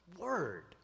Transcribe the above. word